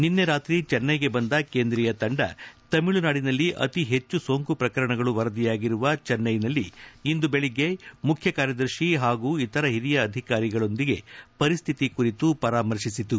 ನಿನ್ನೆ ರಾತ್ರಿ ಚೆನ್ನೈಗೆ ಬಂದ ಕೇಂದ್ರೀಯ ತಂಡ ತಮಿಳುನಾಡಿನಲ್ಲಿ ಅತಿ ಹೆಚ್ಚು ಸೋಂಕು ಪ್ರಕರಣಗಳು ವರದಿಯಾಗಿರುವ ಚೆನ್ನೈನಲ್ಲಿ ಇಂದು ಬೆಳಿಗ್ಗೆ ಮುಖ್ಯ ಕಾರ್ಯದರ್ತಿ ಹಾಗೂ ಇತರೆ ಹಿರಿಯ ಅಧಿಕಾರಿಗಳೊಂದಿಗೆ ಪರಿಸ್ವಿತಿ ಕುರಿತು ಪರಾಮರ್ತಿಸಿತು